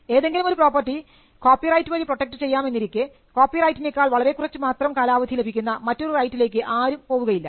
ഏതെങ്കിലും ഒരു property copyright വഴി പ്രൊട്ടക്റ്റ് ചെയ്യാം എന്നിരിക്കെ കോപ്പിറൈറ്റിനേക്കാൾ വളരെക്കുറച്ച് മാത്രം കാലാവധി ലഭിക്കുന്ന മറ്റൊരു റൈറ്റിലേക്ക് ആരും പോവുകയില്ല